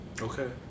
Okay